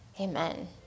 Amen